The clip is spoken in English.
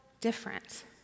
different